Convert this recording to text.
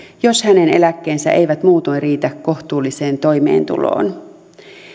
jos hänen eläkkeensä eivät muutoin riitä kohtuulliseen toimeentuloon